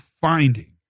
finding